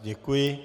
Děkuji.